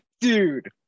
Dude